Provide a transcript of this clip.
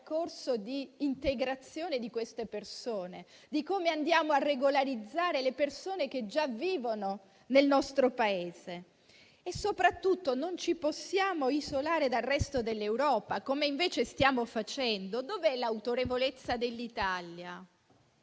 percorso d'integrazione di queste persone e di regolarizzazione di coloro che già vivono nel nostro Paese. Soprattutto, non ci possiamo isolare dal resto dell'Europa, come invece stiamo facendo. Dov'è l'autorevolezza dell'Italia?